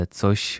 coś